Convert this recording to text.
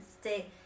stay